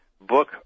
book